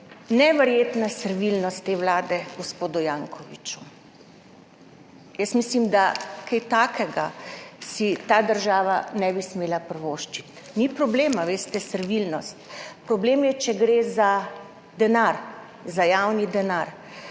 Neverjetna servilnost te vlade gospodu Jankoviću. Jaz mislim, da si česa takega ta država ne bi smela privoščiti. Ni problem, veste, servilnost, problem je, če gre za denar, za javni denar.